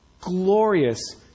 glorious